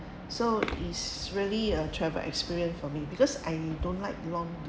so is really a travel experience for me because I don't like long